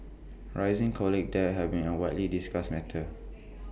rising college debt has been A widely discussed matter